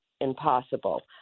impossible